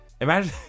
Imagine